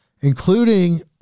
including